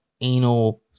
anal